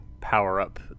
power-up